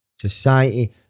society